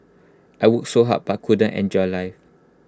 I worked so hard but couldn't enjoy life